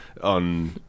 on